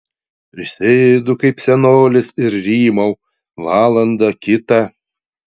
prisėdu kaip senolis ir rymau valandą kitą